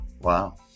Wow